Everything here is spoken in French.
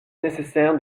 nécessaire